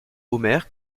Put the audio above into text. omer